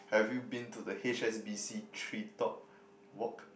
have you been to the h_s_b_c tree top walk